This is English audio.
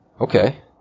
okay